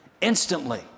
instantly